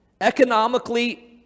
economically